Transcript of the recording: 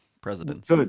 presidents